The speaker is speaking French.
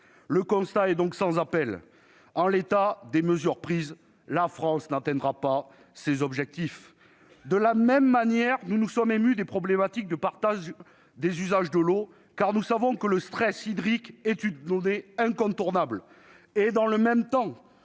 Le constat est sans appel : en l'état des mesures prises, la France n'atteindra pas ses objectifs. De la même manière, nous nous sommes émus des problématiques de partage des usages de l'eau, car nous savons que le stress hydrique est une donnée incontournable. Dans le même temps,